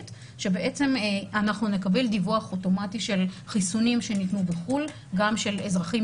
שבעצם אנחנו נקבל דיווח אוטומטי של חיסונים שניתנו בחו"ל גם של אזרחים